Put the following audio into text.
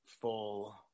full